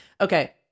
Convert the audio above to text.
Okay